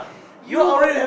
you will